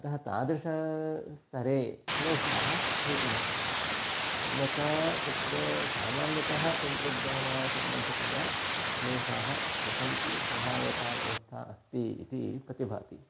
अतः तादृशस्तरे क्लेशाः भवितुमर्हन्ति अन्यथा तत्र सामान्यतः तन्त्रज्ञानसम्बद्धतया क्लेशाः न सन्ति सहायता व्यवस्था अस्ति इति प्रतिभाति